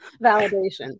validation